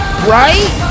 Right